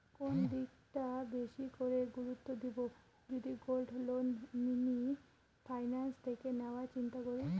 কোন দিকটা বেশি করে গুরুত্ব দেব যদি গোল্ড লোন মিনি ফাইন্যান্স থেকে নেওয়ার চিন্তা করি?